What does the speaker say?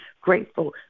grateful